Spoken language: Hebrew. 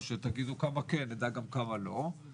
או שאם תגידו כמה כן, נדע גם כמה לא.